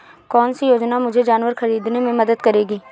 कौन सी योजना मुझे जानवर ख़रीदने में मदद करेगी?